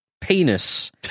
Penis